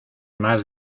más